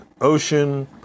Ocean